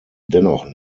dennoch